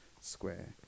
square